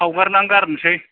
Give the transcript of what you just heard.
सावगारनानै गारनोसै